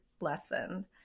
lesson